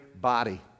body